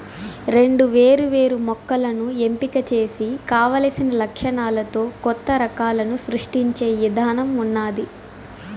రెండు వేరు వేరు మొక్కలను ఎంపిక చేసి కావలసిన లక్షణాలతో కొత్త రకాలను సృష్టించే ఇధానం ఉన్నాది